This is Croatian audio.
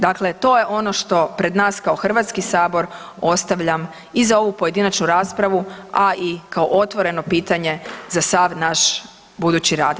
Dakle, to je ono što pred nas kao Hrvatski sabor ostavljam i za ovu pojedinačnu raspravu, a i kao otvoreno pitanje za sav naš budući rad.